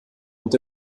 und